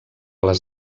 les